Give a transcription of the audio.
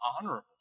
honorable